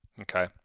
Okay